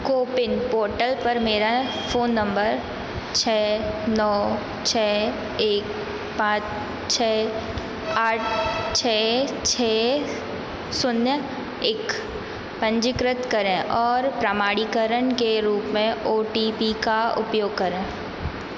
CoWIN portal पर मेरा phone number छः नौ छः एक पाँच छः आठ छः छः शून्य एक पंजीकृत करें और प्रमाणीकरण के रूप में ओ टी पी का उपयोग करें